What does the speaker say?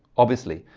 obviously,